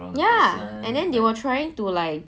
ya and then they were trying to lie